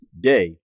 day